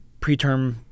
preterm